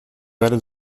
velho